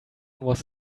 was